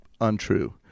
untrue